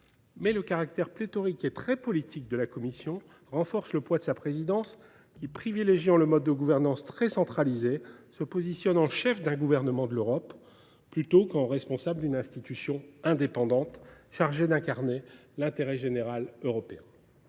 Mais le caractère pléthorique et très politique de la nouvelle Commission renforce le poids de sa présidente qui, privilégiant un mode de gouvernance très centralisé, se positionne en cheffe d’un « gouvernement de l’Europe » plutôt qu’en responsable d’une institution indépendante, chargée d’incarner l’intérêt général européen.